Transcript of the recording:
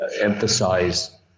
emphasize